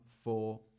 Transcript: Four